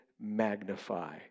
magnify